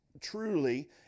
Truly